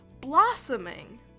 blossoming